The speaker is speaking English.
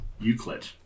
Euclid